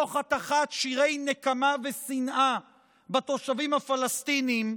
תוך הטחת שירי נקמה ושנאה בתושבים הפלסטינים,